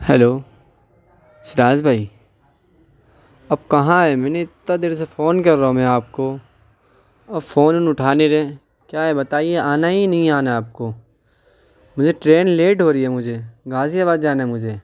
hello Siraj بھائی آپ کہاں ہیں میں نے اتنا دیر سے فون کر رہا ہوں میں آپ کو آپ فون اون اٹھا نہیں رہیں کیا ہے بتائیے آنا ہے یا نہیں آنا ہے آپ کو مجھے ٹرین لیٹ ہو رہی ہے مجھے غازی آباد جانا ہے مجھے